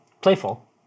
playful